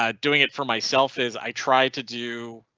um doing it for myself is i tried to do?